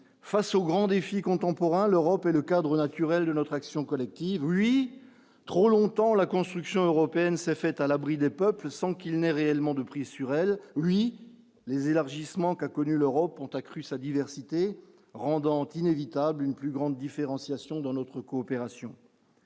face aux grands défis contemporains, l'Europe et le cadre naturel de notre action collective oui trop longtemps la construction européenne s'est fait à l'abri des peuples sans qu'il n'ait réellement de prise sur elle, oui les élargissements qu'a connu l'Europe ont accru sa diversité Andante inévitable une plus grande différenciation dans notre coopération.